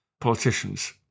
politicians